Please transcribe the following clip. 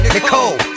Nicole